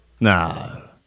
no